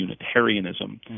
Unitarianism